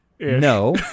No